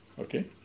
Okay